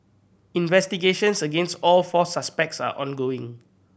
investigations against all four suspects are ongoing